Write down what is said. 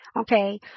okay